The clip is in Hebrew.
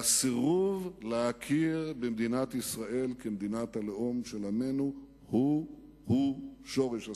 והסירוב להכיר במדינת ישראל כמדינת הלאום של עמנו הוא הוא שורש הסכסוך.